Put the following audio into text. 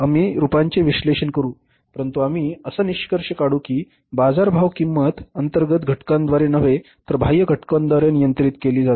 आम्ही रूपांचे विश्लेषण करू परंतु आम्ही असा निष्कर्ष काढू की बाजारभाव किंमत अंतर्गत घटकांद्वारे नव्हे तर बाह्य घटकांद्वारे नियंत्रित केली जाते